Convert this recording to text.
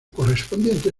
correspondiente